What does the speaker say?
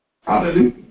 Hallelujah